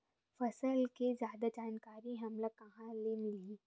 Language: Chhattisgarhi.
फसल के जादा जानकारी हमला कहां ले मिलही?